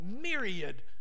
myriad